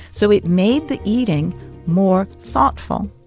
so it made the eating more thoughtful.